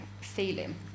feeling